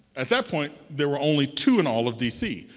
at that point there were only two in all of dc.